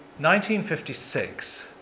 1956